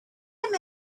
him